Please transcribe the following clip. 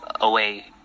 away